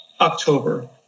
October